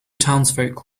townsfolk